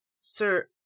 Sir